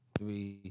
three